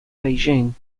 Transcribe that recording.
beijing